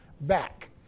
back